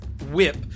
whip